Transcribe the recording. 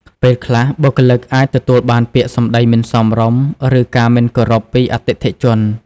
ពេលខ្លះ បុគ្គលិកអាចទទួលបានពាក្យសម្ដីមិនសមរម្យ ឬការមិនគោរពពីអតិថិជន។